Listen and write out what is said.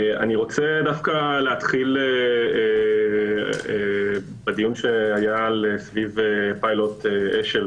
ארצה להתחיל בדיון שהיה סביב פילוט אשל.